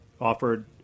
offered